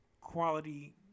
quality